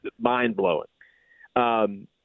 mind-blowing